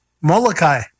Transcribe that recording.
Molokai